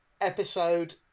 episode